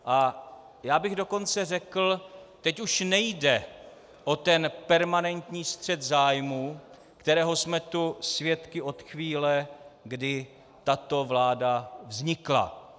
A já bych dokonce řekl teď už nejde o ten permanentní střet zájmů, kterého jsme tu svědky od chvíle, kdy tato vláda vznikla.